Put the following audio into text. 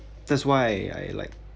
that's why I like